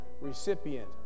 recipient